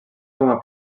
com